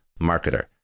marketer